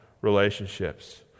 relationships